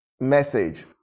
Message